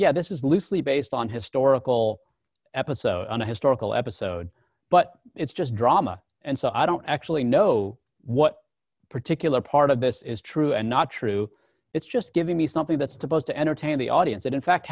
yeah this is loosely based on historical episode on a historical episode but it's just drama and so i don't actually know what particular part of this is true and not true it's just giving me something that's supposed to entertain the audience and in fact